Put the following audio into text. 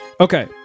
Okay